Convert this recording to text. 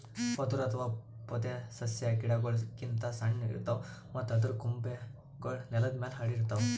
ಪೊದರು ಅಥವಾ ಪೊದೆಸಸ್ಯಾ ಗಿಡಗೋಳ್ ಗಿಂತ್ ಸಣ್ಣು ಇರ್ತವ್ ಮತ್ತ್ ಅದರ್ ಕೊಂಬೆಗೂಳ್ ನೆಲದ್ ಮ್ಯಾಲ್ ಹರ್ಡಿರ್ತವ್